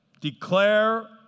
Declare